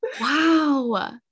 wow